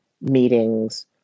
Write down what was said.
meetings